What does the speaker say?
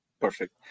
Perfect